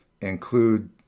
include